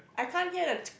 I can't hear the